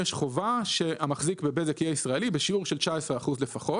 יש חובה שהמחזיק בבזק יהיה ישראלי ויחזיק בשיעור של 19% לפחות.